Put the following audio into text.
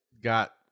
got